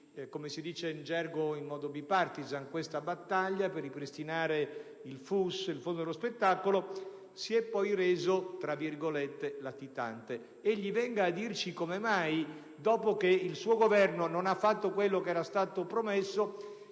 come si dice in gergo, in modo *bipartisan* - una battaglia per ripristinare il FUS (Fondo unico per lo spettacolo), si è poi reso "latitante". Egli venga a dirci come mai, dopo che il suo Governo non ha fatto quello che era stato promesso,